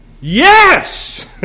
Yes